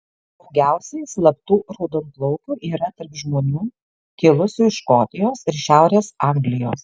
daugiausiai slaptų raudonplaukių yra tarp žmonių kilusių iš škotijos ir šiaurės anglijos